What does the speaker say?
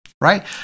Right